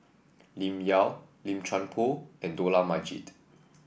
Lim Yau Lim Chuan Poh and Dollah Majid